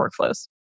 workflows